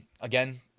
again